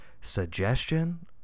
suggestion